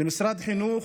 למשרד החינוך,